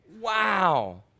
wow